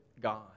God